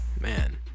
man